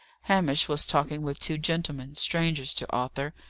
hamish was talking with two gentlemen, strangers to arthur,